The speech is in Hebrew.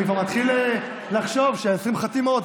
אני כבר מתחיל לחשוב ש-20 החתימות,